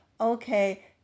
Okay